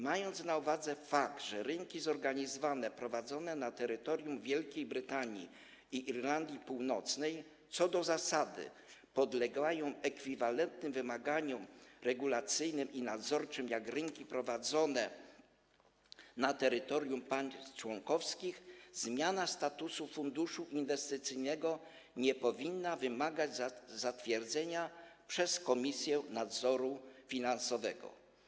Mając na uwadze fakt, że rynki zorganizowane prowadzone na terytorium Wielkiej Brytanii i Irlandii Północnej co do zasady podlegają ekwiwalentnym wymaganiom regulacyjnym i nadzorczym jak rynki prowadzone na terytorium państw członkowskich, zmiana statutu funduszu inwestycyjnego nie powinna wymagać zatwierdzenia przez Komisję Nadzoru Finansowego.